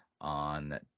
on